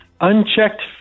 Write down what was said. unchecked